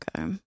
Okay